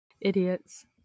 Idiots